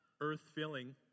earth-filling